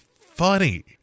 funny